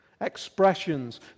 expressions